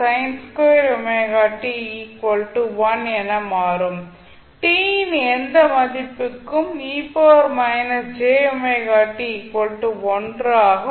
t இன் எந்த மதிப்புக்கும் ஆகும்